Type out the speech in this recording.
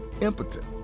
impotent